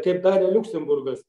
kaip darė liuksemburgas